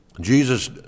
Jesus